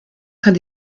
kann